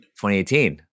2018